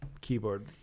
keyboard